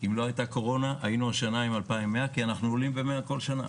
ואם לא הייתה קורונה היינו 2100 כי אנחנו עולים ב-100 כל שנה.